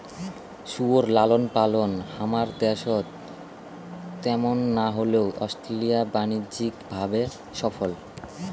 শুয়োর লালনপালন হামার দ্যাশত ত্যামুন না হইলেও অস্ট্রেলিয়া বাণিজ্যিক ভাবে সফল